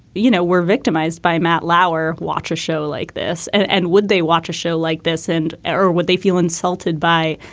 you know, we're victimized by matt lauer. watch a show like this. and and would they watch a show like this and ah or would they feel insulted by,